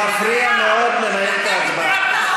מפריע מאוד לנהל את ההצבעה.